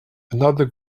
another